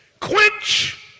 Quench